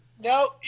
No